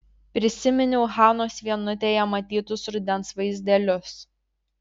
prisiminiau hanos vienutėje matytus rudens vaizdelius